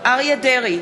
אריה דרעי,